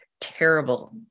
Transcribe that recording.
terrible